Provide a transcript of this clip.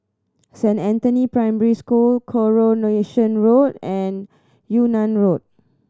Saint Anthony Primary School Coronation Road and Yunnan Road